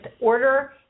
order